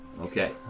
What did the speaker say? Okay